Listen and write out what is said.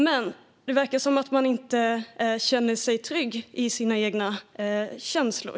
Men här verkar man inte vara trygg i sina egna känslor.